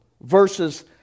versus